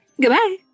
Goodbye